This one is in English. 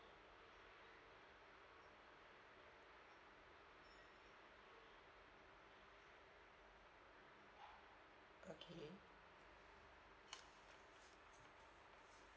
okay